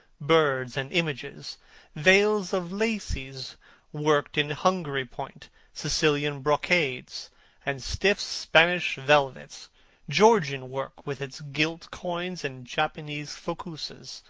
birds and images veils of lacis worked in hungary point sicilian brocades and stiff spanish velvets georgian work, with its gilt coins, and japanese foukousas,